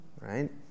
right